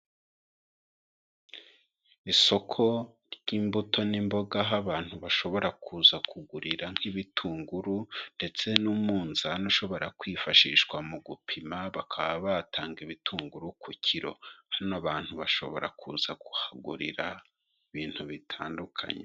Isoko ry'imbuto n'imboga aho abantu bashobora kuza kugurira nk'ibitunguru ndetse n'umunzani ushobora kwifashishwa mu gupima bakaba batanga ibitunguru ku kiro. Hano abantu bashobora kuza kuhagurira ibintu bitandukanye.